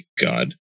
god